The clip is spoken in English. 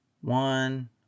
One